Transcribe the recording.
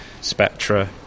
spectra